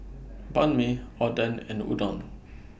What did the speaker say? Banh MI Oden and Udon